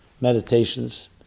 meditations